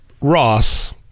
Ross